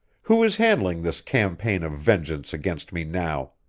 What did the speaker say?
who is handling this campaign of vengeance against me now?